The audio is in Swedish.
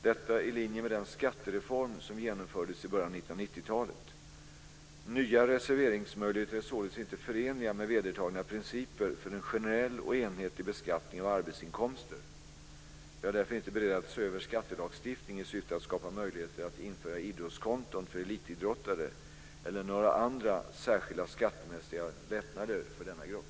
Detta är i linje med den skattereform som genomfördes i början av 1990 talet. Nya reserveringsmöjligheter är således inte förenliga med vedertagna principer för en generell och enhetlig beskattning av arbetsinkomster. Jag är därför inte beredd att se över skattelagstiftningen i syfte att skapa möjligheter att införa idrottskonton för elitidrottare eller några andra särskilda skattemässiga lättnader för denna grupp.